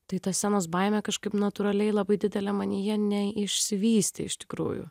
tai ta scenos baimė kažkaip natūraliai labai didelė manyje neišsivystė iš tikrųjų